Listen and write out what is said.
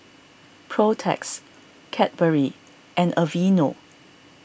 Protex Cadbury and Aveeno